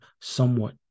somewhat